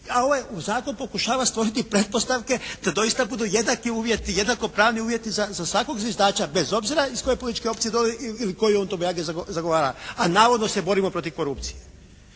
a ovaj u Zakon pokušava stvoriti pretpostavke da doista budu jednaki uvjeti, jednakopravni uvjeti za svakog zviždača bez obzira iz koje političke opcije dolazi ili koju on to …/Govornik se ne razumije./… zagovara, a navodno se borimo protiv korupcije.